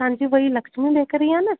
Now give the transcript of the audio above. तव्हांजी भई लक्ष्मी बेकरी आहे न